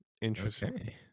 Interesting